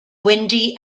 windy